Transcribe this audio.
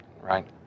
right